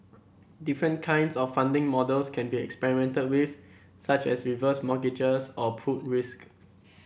different kinds of funding models can be experimented with such as reverse mortgages or pooled risk